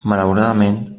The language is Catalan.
malauradament